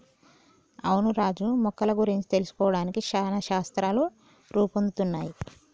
అవును రాజు మొక్కల గురించి తెలుసుకోవడానికి చానా శాస్త్రాలు రూపొందుతున్నయ్